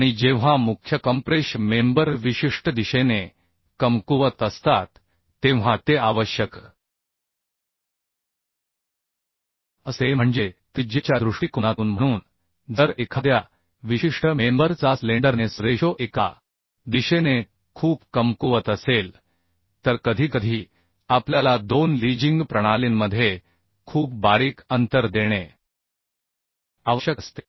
आणि जेव्हा मुख्यकॉम्प्रेश मेंबर विशिष्ट दिशेने कमकुवत असतात तेव्हा ते आवश्यक असते म्हणजे त्रिज्येच्या दृष्टिकोनातून म्हणून जर एखाद्या विशिष्ट मेंबर चा स्लेंडरनेस रेशो एका दिशेने खूप कमकुवत असेल तर कधीकधी आपल्याला दोन लीजिंग प्रणालींमध्ये खूप बारीक अंतर देणे आवश्यक असते